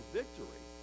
victory